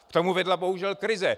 K tomu vedla bohužel krize.